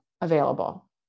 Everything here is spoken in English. available